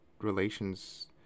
relations